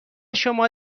شما